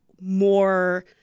more